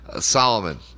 Solomon